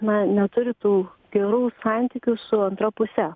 na neturi tų gerų santykių su antra puse